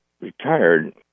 retired